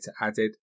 added